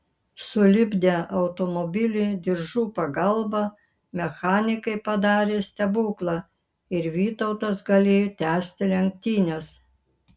sulipdę automobilį diržų pagalbą mechanikai padarė stebuklą ir vytautas galėjo tęsti lenktynes